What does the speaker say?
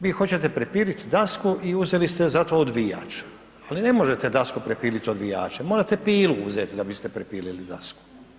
Vi hoćete prepiliti dasku i uzeli ste za to odvijač, ali ne možete dasku prepiliti odvijačem morate pilu uzeti da biste prepilili dasku.